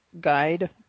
guide